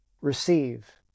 receive